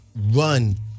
run